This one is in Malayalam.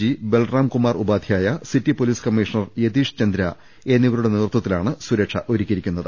G Balramkumar Upadhyaya city police commissioner Yatishchandra എന്നിവരുടെ നേതൃത്വത്തിലാണ് സുരക്ഷ ഒരുക്കിയിരിക്കുന്നത്